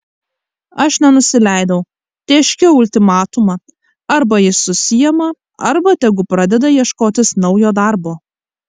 aš nenusileidau tėškiau ultimatumą arba jis susiima arba tegu pradeda ieškotis naujo darbo